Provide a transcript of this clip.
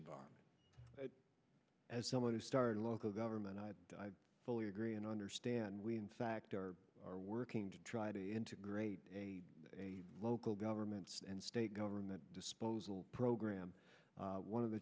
environment as someone who started local government i fully agree and understand we in fact are are working to try to integrate a a local governments and state government disposal program one of the